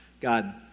God